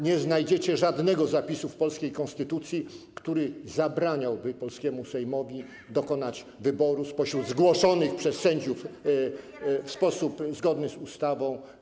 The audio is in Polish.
Nie znajdziecie żadnego zapisu w polskiej konstytucji, który zabraniałby polskiemu Sejmowi dokonać wyboru spośród zgłoszonych przez sędziów do KRS-u w sposób zgodny z ustawą.